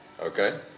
Okay